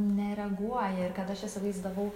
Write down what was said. nereaguoja ir kad aš įsivaizdavau